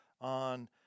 on